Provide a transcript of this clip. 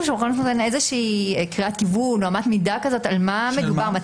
שנוכל לתת איזושהי קריאת כיוון או אמת מידה על מה מדובר.